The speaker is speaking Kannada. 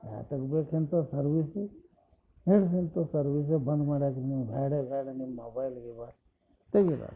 ಯಾತಕ್ಕೆ ಬೇಕು ಇಂಥ ಸರ್ವಿಸ್ಸು ಏಳ್ರಿ ಸರ್ವಿಸ್ಸು ಬಂದ್ ಮಾಡ್ಯಾರ ನಿಮ್ಮ ಬ್ಯಾಡೇ ಬ್ಯಾಡ ನಿಮ್ಮ ಮೊಬೈಲ್ ಗಿಬೈಲ್ ತೆಗೀರಾಚೆ